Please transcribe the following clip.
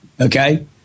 Okay